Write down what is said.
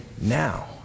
now